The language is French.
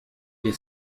les